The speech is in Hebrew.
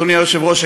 אדוני היושב-ראש,